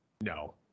No